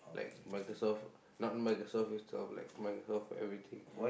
like Microsoft not Microsoft those type of like Microsoft everything